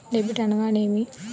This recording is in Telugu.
డెబిట్ అనగానేమి?